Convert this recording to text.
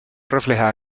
reflejada